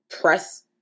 press